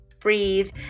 breathe